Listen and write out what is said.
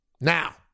Now